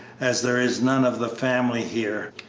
as there is none of the family here.